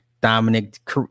Dominic